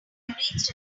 reached